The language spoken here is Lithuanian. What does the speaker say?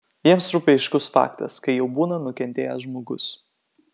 jiems rūpi aiškus faktas kai jau būna nukentėjęs žmogus